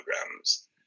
programs